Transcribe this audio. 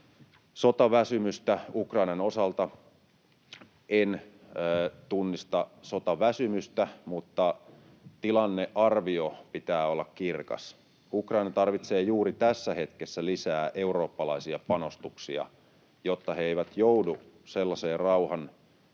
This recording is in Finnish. Sotaväsymystä Ukrainan osalta en tunnista, mutta tilannearvion pitää olla kirkas. Ukraina tarvitsee juuri tässä hetkessä lisää eurooppalaisia panostuksia, jotta he eivät joudu sellaisiin rauhanneuvotteluihin,